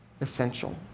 essential